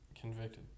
convicted